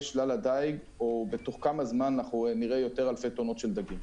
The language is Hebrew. שלל הדייג או בתוך כמה זמן נראה יותר אלפי טונות של דגים.